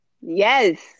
Yes